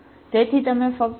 તેથી તમે ફક્ત લખો કે તમે બદલો